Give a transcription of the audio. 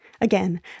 Again